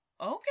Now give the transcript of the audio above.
okay